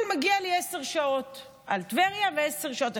אבל מגיעות לי עשר שעות על טבריה ועשר שעות,